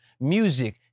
music